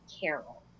carol